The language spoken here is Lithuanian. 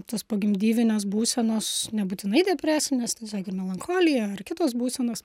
tos pogimdyvinės būsenos nebūtinai depresinės tiesiog ar melancholija ar kitos būsenos